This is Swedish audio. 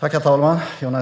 Herr talman! Jag